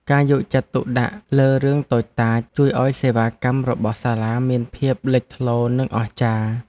ការយកចិត្តទុកដាក់លើរឿងតូចតាចជួយឱ្យសេវាកម្មរបស់សាលាមានភាពលេចធ្លោនិងអស្ចារ្យ។